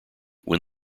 when